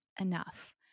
enough